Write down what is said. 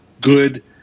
good